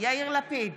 יאיר לפיד,